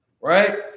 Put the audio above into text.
right